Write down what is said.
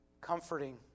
comforting